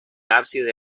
ábside